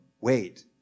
wait